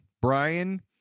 Brian